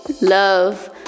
Love